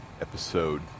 episode